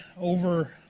over